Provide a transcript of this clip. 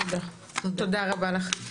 תודה רבה לך.